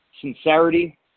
sincerity